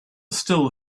still